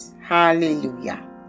Hallelujah